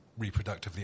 reproductively